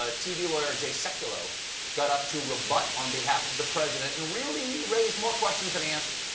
ah tv lawyer jay sekulow got up to rebut on behalf of the president and really raised more questions than he answered.